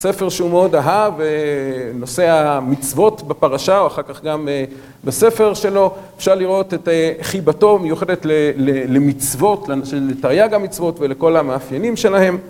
ספר שהוא מאוד אהב, נושא המצוות בפרשה, או אחר כך גם בספר שלו. אפשר לראות את חיבתו, המיוחדת למצוות, של תרי"ג המצוות ולכל המאפיינים שלהם.